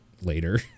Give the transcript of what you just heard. later